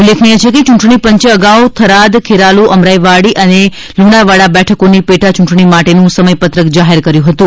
ઉલ્લેખનીય છે કે ચૂંટણી પંચે અગાઉ થરાદ ખેરાલુ અમરાઈવાડી અને લુણાવાડા બેઠકોની પેટા ચૂંટણી માટેનું સમયપત્રક જાહેર કર્યું હતું